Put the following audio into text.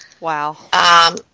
Wow